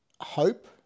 hope